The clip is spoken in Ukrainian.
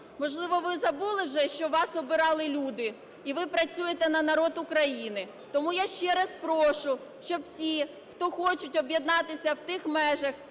Можливо, ви забули вже, що вас обирали люди і ви працюєте на народ України. Тому я ще раз прошу, щоб усі, хто хочуть об'єднатися в тих межах